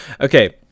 okay